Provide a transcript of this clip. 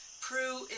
Prue